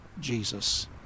jesus